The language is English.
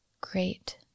Great